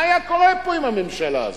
מה היה קורה פה עם הממשלה הזאת?